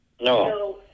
No